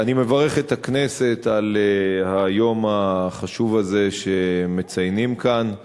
אני מברך את הכנסת על היום החשוב הזה שמציינים כאן.